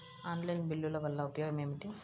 Online బిల్లుల వల్ల ఉపయోగమేమిటీ?